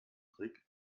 trick